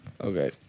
Okay